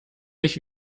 sich